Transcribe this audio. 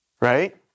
Right